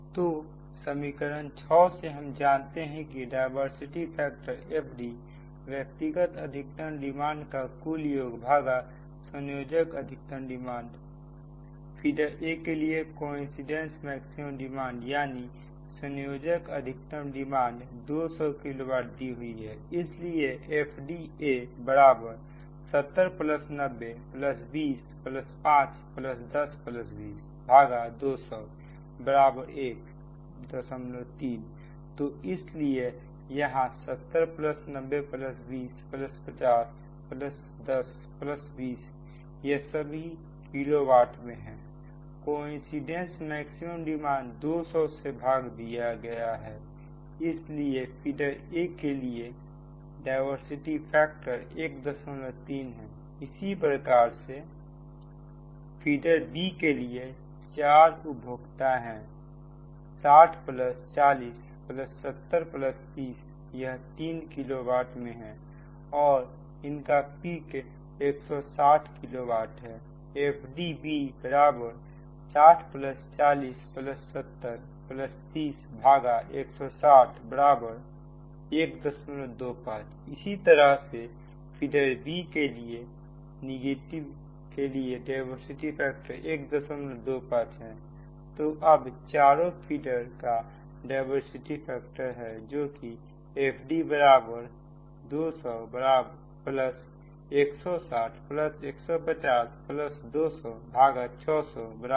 तो समीकरणों 6 से हम जानते हैं कि डायवर्सिटी फैक्टर FD व्यक्तिगत अधिकतम डिमांड का कुल योग भागा संयोजक अधिकतम डिमांड फीडर A के लिए कोइंसिडेंस मैक्सिमम डिमांड यानी संयोजक अधिकतम डिमांड 200 किलो वाट दी हुई है इसलिए FDA70902050102020013तो इसलिए यहां 70 90 20 50 10 20 यह सभी किलो वाट में है कोइंसीडेंस मैक्सिमम डिमांड 200 से भाग दिया गया है इसलिए फीडर A के लिए के लिए डायवर्सिटी फैक्टर 13 है उसी प्रकार से फीडर B के लिए 4 उपभोक्ता हैं 60 40 70 30 यह 3 किलो वाट में हैं और इनका पिक 160 किलो वाट है FDB60 40 70 30160125 इस तरह से फीडर B अभी के लिए डायवर्सिटी फैक्टर 125 है तो अब चारों फीडर का डायवर्सिटी फैक्टर है जो कि FD 200160 150 2006001183